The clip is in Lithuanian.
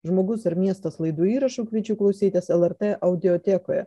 žmogus ir miestas laidų įrašų kviečiu klausytis el er tė audiotekoje